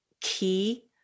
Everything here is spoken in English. key